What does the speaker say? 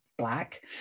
black